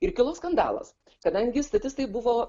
ir kilo skandalas kadangi statistai buvo